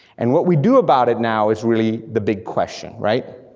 and what we do about it now is really the big question, right?